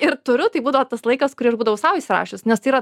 ir turiu tai būdavo tas laikas kurį aš būdavau sau įsirašius nes tai yra